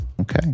Okay